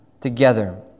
together